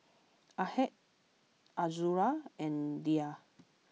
Ahad Azura and Dhia